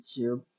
youtube